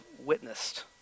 witnessed